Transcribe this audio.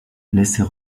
laisser